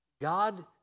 God